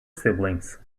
siblings